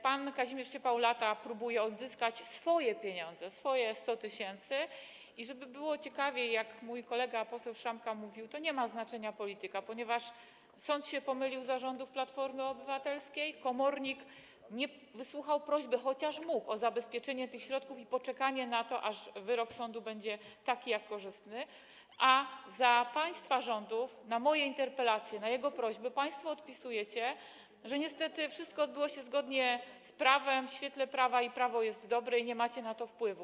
Pan Kazimierz Ciepał od lat próbuje odzyskać swoje pieniądze, swoje 100 tys., i żeby było ciekawiej, jak mój kolega poseł Szramka mówił, nie ma znaczenia polityka, ponieważ sąd pomylił się za rządów Platformy Obywatelskiej, komornik nie wysłuchał prośby - chociaż mógł - o zabezpieczenie tych środków i poczekanie na to, aż wyrok sądu będzie korzystny, a za państwa rządów na moje interpelacje i na jego prośby państwo odpisujecie, że niestety wszystko odbyło się zgodnie z prawem, w świetle prawa, prawo jest dobre i nie macie na to wpływu.